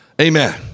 amen